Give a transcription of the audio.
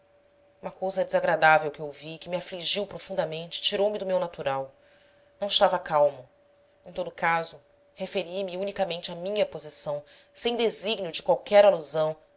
uma cousa desagradável que ouvi e que me afligiu profundamente tirou-me do meu natural não estava calmo em todo o caso referi me unicamente à minha posição sem desígnio de qualquer alusão